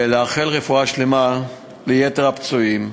ולאחל רפואה שלמה ליתר הפצועים.